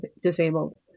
disabled